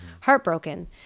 heartbroken